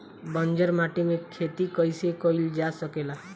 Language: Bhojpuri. बंजर माटी में खेती कईसे कईल जा सकेला?